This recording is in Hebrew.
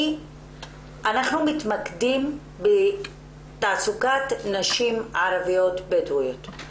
אנחנו מתמקדים בתעסוקת נשים ערביות בדואיות.